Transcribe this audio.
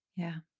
yeah,